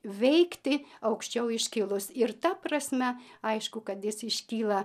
veikti aukščiau iškilus ir ta prasme aišku kad jis iškyla